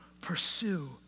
pursue